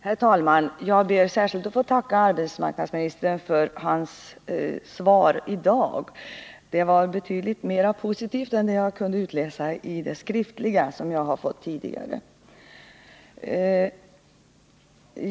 Herr talman! Jag ber särskilt att få tacka arbetsmarknadsministern för hans kompletterande svar. Det var betydligt mer positivt än det jag kunde utläsa av det skrivna svaret, som jag fått ta del av tidigare.